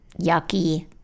Yucky